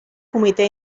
comitè